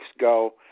go